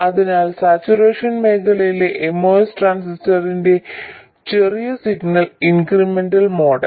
അതിനാൽ സാച്ചുറേഷൻ മേഖലയിലെ MOS ട്രാൻസിസ്റ്ററിന്റെ ചെറിയ സിഗ്നൽ ഇൻക്രിമെന്റൽ മോഡൽ